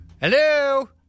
Hello